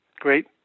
great